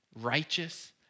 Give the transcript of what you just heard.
righteous